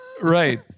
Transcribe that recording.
Right